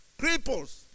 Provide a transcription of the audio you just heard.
cripples